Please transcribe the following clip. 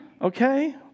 Okay